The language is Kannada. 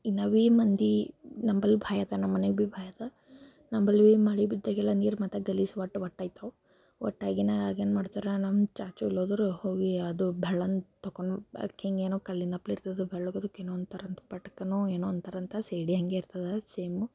ಇನ್ನ್ಯಾವು ಭೀ ಮಂದಿ ನಂಬಳಿ ಭಾಯತ ನಮ್ಮ ಮನೆಗೆ ಭೀ ಭಾಯತ ನಂಬಳಿ ಮಳೆ ಬಿದ್ದಾಗೆಲ್ಲ ನೀರು ಮತ್ತು ಗಲೀಜು ಒಟ್ಟು ಒಟ್ಟು ಆಯ್ತವ ಒಟ್ಟು ಆಗಿನ ಆಗೇನು ಮಾಡ್ತಾರೆ ನಮ್ಮ ಚಾಚು ಎಲ್ಲೋದರೂ ಹೋಗಿ ಅದು ಬೆಳ್ಳಂದು ತೊಗೊಂಡು ಅದ್ಕೆ ಹೀಗೇನು ಕಲ್ಲಿಂದಪ್ಲೆ ಇರ್ತದ ಬೆಳ್ಳಕೆ ಅದಕ್ಕೇನೋ ಅಂತಾರೆ ಒಂದು ಪಟ್ಕಕ್ಕನೋ ಏನೋ ಅಂತಾರೆ ಅಂತ ಸೇಡಿ ಹಾಗೆ ಇರ್ತದೆ ಸೇಮು